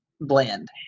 blend